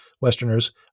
Westerners